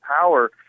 power